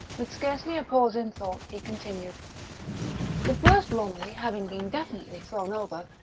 with scarcely a pause in thought he continued the first romilly having been definitely thrown over,